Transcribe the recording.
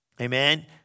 Amen